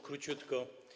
Króciutko.